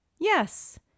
Yes